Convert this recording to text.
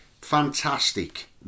Fantastic